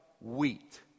wheat